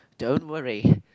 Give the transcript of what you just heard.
don't worry